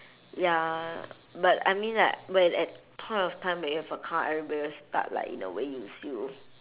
ya but I mean like when at point of time when you have a car everybody will start like in a way use you